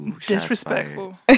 disrespectful